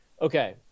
okay